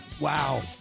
wow